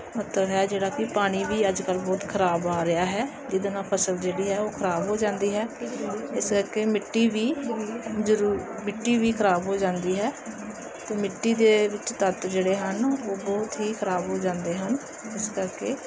ਮਹੱਤਵ ਹੈ ਜਿਹੜਾ ਕਿ ਪਾਣੀ ਵੀ ਅੱਜ ਕੱਲ੍ਹ ਬਹੁਤ ਖਰਾਬ ਆ ਰਿਹਾ ਹੈ ਜਿਹਦੇ ਨਾਲ ਫਸਲ ਜਿਹੜੀ ਹੈ ਉਹ ਖਰਾਬ ਹੋ ਜਾਂਦੀ ਹੈ ਇਸ ਕਰਕੇ ਮਿੱਟੀ ਵੀ ਜ਼ਰੂਰ ਮਿੱਟੀ ਵੀ ਖਰਾਬ ਹੋ ਜਾਂਦੀ ਹੈ ਮਿੱਟੀ ਦੇ ਵਿੱਚ ਤੱਤ ਜਿਹੜੇ ਹਨ ਉਹ ਬਹੁਤ ਹੀ ਖਰਾਬ ਹੋ ਜਾਂਦੇ ਹਨ ਇਸ ਕਰਕੇ